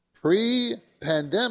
Pre-pandemic